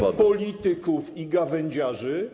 nie polityków i gawędziarzy.